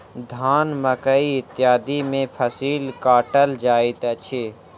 धान, मकई इत्यादि के फसिल काटल जाइत अछि